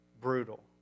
brutal